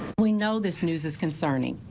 we know this news is concerning.